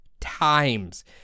times